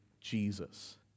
Jesus